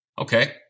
Okay